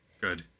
Good